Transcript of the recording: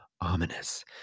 ominous